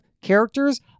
Characters